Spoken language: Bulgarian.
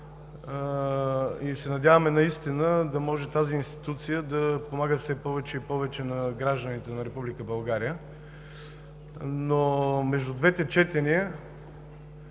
и се надяваме наистина да може тази институция да помага все повече и повече на гражданите на Република България, но между двете четения